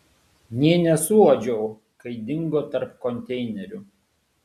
nė nesuuodžiau kai dingo tarp konteinerių